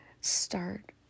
Start